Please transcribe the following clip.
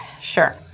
Sure